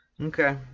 Okay